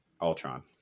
Ultron